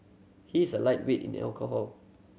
he is a lightweight in the alcohol